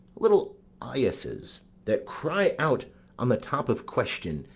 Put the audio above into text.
little eyases, that cry out on the top of question,